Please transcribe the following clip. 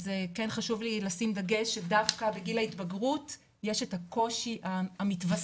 אז כן חשוב לי לשים דגש שדווקא בגיל ההתבגרות יש את הקושי המתווסף